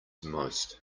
most